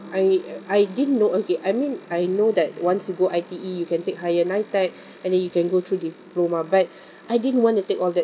I I didn't know okay I mean I know that once you go I_T_E you can take higher NITEC and then you can go through diploma but I didn't want to take all that